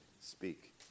Speak